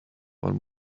one